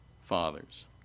fathers